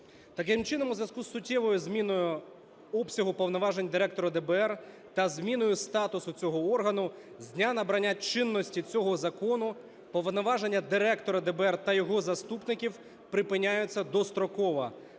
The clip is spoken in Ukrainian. Таким чином, у зв'язку з суттєвою зміною обсягу повноважень Директора ДБР та зміною статусу цього органу з дня набрання чинності цього закону, повноваження Директора ДБР та його заступників припиняються достроково